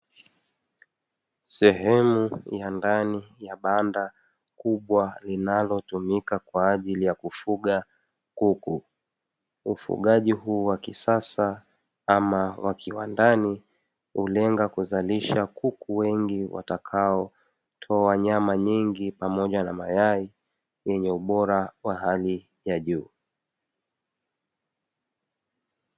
Sehemu ya ndani ya banda kubwa, linalotumika kwa ajili ya kufuga kuku. Ufugaji huu wa kisasa ama wa kiwandani hulenga kuzalisha kuku wengi watakaotoa nyama nyingi pamoja na mayai yenye ubora wa hali ya juu.